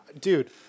dude